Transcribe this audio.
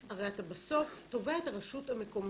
הרי אתה בסוף תובע את הרשות המקומית.